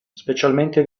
specialmente